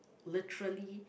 literally